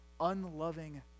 unloving